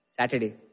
Saturday